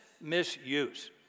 misuse